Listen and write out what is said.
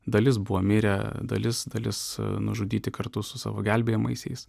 dalis buvo mirę dalis dalis nužudyti kartu su savo gelbėjamaisiais